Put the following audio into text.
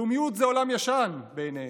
לאומיות זה עולם ישן בעיניהם,